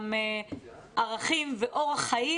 גם ערכים ואורח חיים,